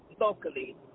locally